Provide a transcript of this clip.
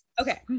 Okay